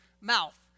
mouth